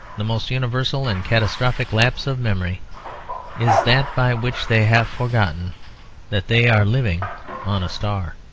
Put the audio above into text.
the most universal and catastrophic lapse of memory is that by which they have forgotten that they are living on a star.